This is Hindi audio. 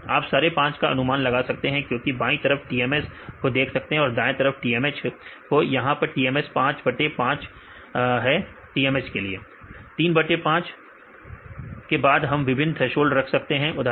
यह 5 बटे 5है विद्यार्थी4बटे 5 4बटे 5अब कौन सा बेहतर है